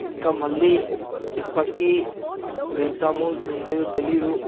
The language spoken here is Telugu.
ఇంకా మళ్ళీ ఏ ఎప్పటికీ వెళ్తామో లేదో తెలీదు